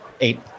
eight